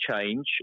change